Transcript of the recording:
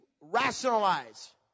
rationalize